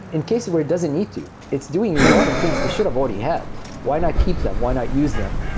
in cases where it doesn't need to. it's doing resolving things it should've already had. why not keep them? why not use them?